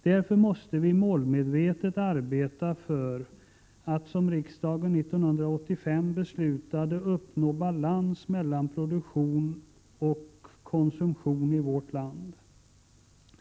Därför måste vi målmedvetet arbeta för att, som riksdagen 1985 beslutade, uppnå balans mellan produktion och konsumtion i vårt land.